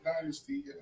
Dynasty